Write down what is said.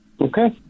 Okay